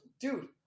dude